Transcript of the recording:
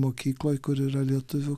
mokykloj kur yra lietuvių